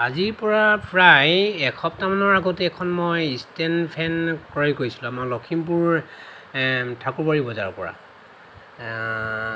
আজিৰ পৰা প্ৰায় এসপ্তাহমানৰ আগতে এখন মই ষ্টেণ্ড ফেন ক্ৰয় কৰিছিলোঁ আমাৰ লখিমপুৰ ঠাকুৰবাৰী বজাৰৰ পৰা